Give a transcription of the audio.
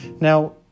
Now